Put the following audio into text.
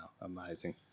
amazing